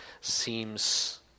seems